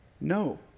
No